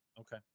Okay